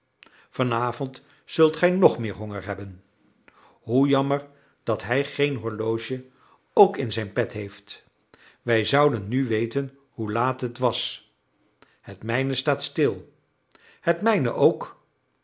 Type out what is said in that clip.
avond zult gij nog meer honger hebben hoe jammer dat hij geen horloge ook in zijn pet heeft wij zouden nu weten hoe laat het was het mijne staat stil het mijne ook